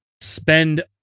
spend